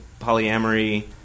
polyamory